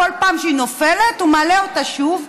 כל פעם שהיא נופלת הוא מעלה אותה שוב,